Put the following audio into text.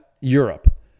Europe